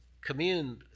commune